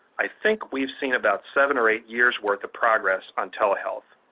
i think we've seen about seven or eight years' worth of progress on telehealth.